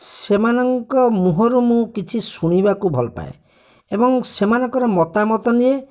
ସେମାନଙ୍କ ମୁହଁରୁ ମୁଁ କିଛି ଶୁଣିବାକୁ ଭଲପାଏ ଏବଂ ସେମାନଙ୍କର ମତାମତ ନିଏ